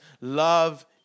love